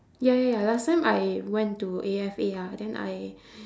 ya ya ya last time I went to A_F_A ah then I